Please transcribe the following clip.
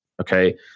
Okay